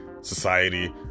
society